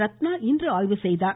ரத்னா இன்று ஆய்வு செய்தார்